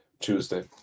Tuesday